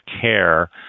care